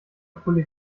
pulle